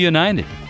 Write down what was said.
United